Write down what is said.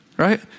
right